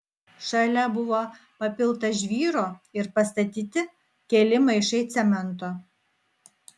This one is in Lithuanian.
šalia buvo papilta žvyro ir pastatyti keli maišai cemento